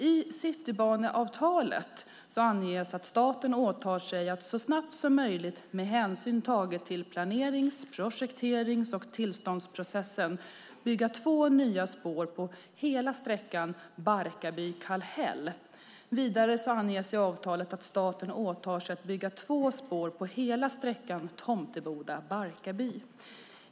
I Citybaneavtalet anges att staten åtar sig att så snabbt som möjligt, med hänsyn tagen till planerings-, projekterings och tillståndsprocessen, bygga två nya spår på hela sträckan Barkarby-Kallhäll. Vidare anges i avtalet att staten åtar sig att bygga två spår på hela sträckan Tomteboda-Barkarby.